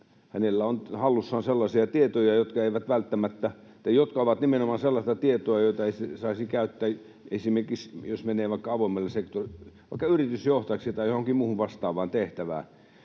loputtua on hallussaan sellaisia tietoja, jotka ovat nimenomaan sellaista tietoa, jota ei saisi käyttää, jos menee esimerkiksi avoimelle sektorille, vaikka yritysjohtajaksi tai johonkin muuhun vastaavaan tehtävään.